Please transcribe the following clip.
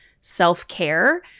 self-care